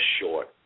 short